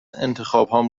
انتخابهام